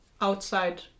outside